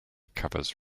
covers